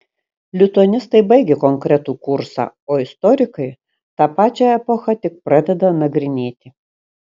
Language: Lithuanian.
lituanistai baigia konkretų kursą o istorikai tą pačią epochą tik pradeda nagrinėti